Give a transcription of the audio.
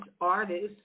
artists